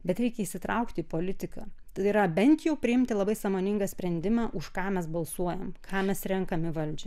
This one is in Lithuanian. bet reikia įtraukti į politiką tai yra bent jau priimti labai sąmoningą sprendimą už ką mes balsuojam ką mes renkame valdžią